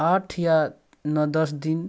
आठ या नओ दस दिन